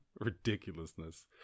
Ridiculousness